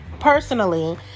personally